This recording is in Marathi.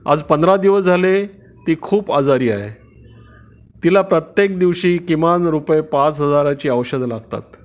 आज पंधरा दिवस झाले ती खूप आजारी आहे तिला प्रत्येक दिवशी किमान रुपये पाच हजाराची औषधं लागतात